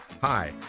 Hi